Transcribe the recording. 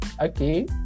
okay